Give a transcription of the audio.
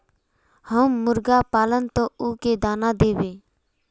हम मुर्गा पालव तो उ के दाना देव?